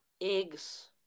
eggs